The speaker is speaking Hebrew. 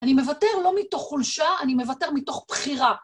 אני מוותר לא מתוך חולשה, אני מוותר מתוך בחירה.